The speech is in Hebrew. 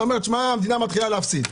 אתה אומר שהמדינה מתחילה להפסיד.